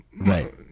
right